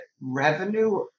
revenue